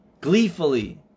Gleefully